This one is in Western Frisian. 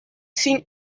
syn